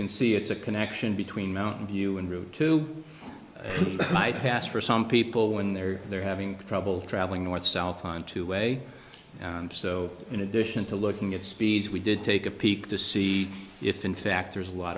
can see it's a connection between mountain view and route to my past for some people when they're they're having trouble traveling north south on two way and so in addition to looking at speeds we did take a peek to see if in fact there's a lot